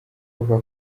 papa